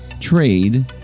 trade